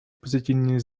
позитивные